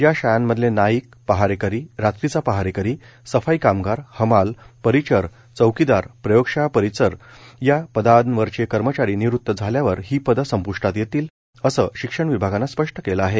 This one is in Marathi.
या शाळांमधले नाईक पहारेकरी रात्रीचा पहारेकरी सफाई कामगार हमाल परिचर चौकीदार प्रयोगशाळा परिचर या पदांवरचे कर्मचारी निवृत झाल्यावर ही पदं संप्टात येतील असं शिक्षण विभागानं स्पष्ट स्पष्ट केलं आहे